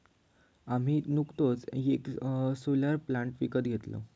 आम्ही नुकतोच येक सोलर प्लांट विकत घेतलव